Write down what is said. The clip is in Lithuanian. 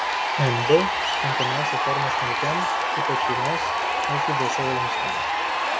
mb tinkamiausia forma smulkiam ypač šeimos verslui dėl savo lankstumo